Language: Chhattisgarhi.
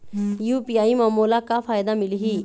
यू.पी.आई म मोला का फायदा मिलही?